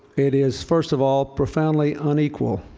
it is, first of all, profoundly unequal